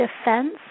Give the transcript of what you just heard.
defense